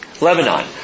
Lebanon